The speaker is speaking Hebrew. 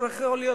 יכול להיות,